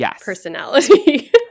personality